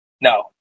No